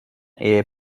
air